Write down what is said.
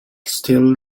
still